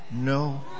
no